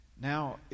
Now